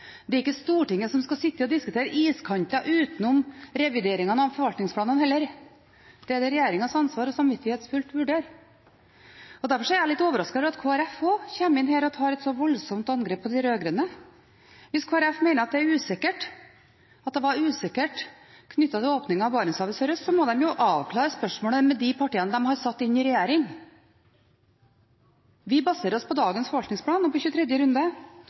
Det er ikke Stortinget som skal sitte og diskutere iskanter utenom revideringene av forvaltningsplanene heller. Det er det regjeringens ansvar samvittighetsfullt å vurdere. Derfor er jeg litt overrasket over at Kristelig Folkeparti også kommer inn her og går til et så voldsomt angrep på de rød-grønne. Hvis Kristelig Folkeparti mener at det var usikkerhet knyttet til åpningen av Barentshavet sørøst, må de jo avklare spørsmålet med de partiene de har satt inn i regjering. Vi baserer oss på dagens forvaltningsplan og